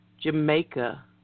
Jamaica